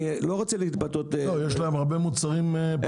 אני לא רוצה להתבטא- -- יש להם הרבה מוצרים פרטיים.